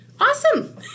awesome